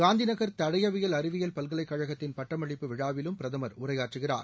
காந்தி நகர் தடயவியல் அறிவியல் பல்கலைக்கழகத்தின் பட்டமளிப்பு விழாவிலும் பிரதமர் உரையாற்றுகிறார்